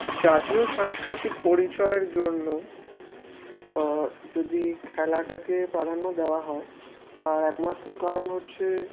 জাতীয় সাংস্কৃতিক পরিচয়ের জন্য যদি খেলাটাকে প্রাধান্য দেওয়া হয় তার একমাত্র কারণ হচ্ছে